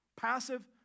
Passive